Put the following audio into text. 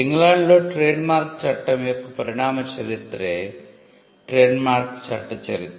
ఇంగ్లాండ్లో ట్రేడ్మార్క్ చట్టం యొక్క పరిణామ చరిత్రే ట్రేడ్మార్క్ చట్టం చరిత్ర